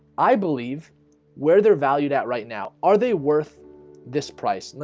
i believe where they're valued at right now are they worth this price. and